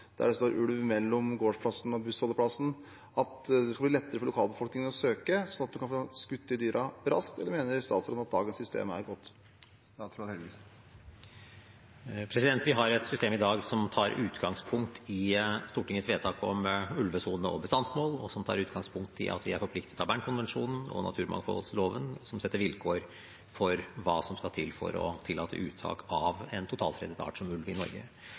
der det står ulv mellom gårdsplassen og bussholdeplassen – å søke om fellingstillatelse, slik at de kan få skutt de dyrene raskt, eller mener statsråden at dagens system er godt? Vi har et system i dag som tar utgangspunkt i Stortingets vedtak om ulvesoner og bestandsmål, og i at vi er forpliktet av Bern-konvensjonen og naturmangfoldloven, som setter vilkår for hva som skal til for å tillate uttak av en totalfredet art som ulv i Norge.